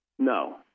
No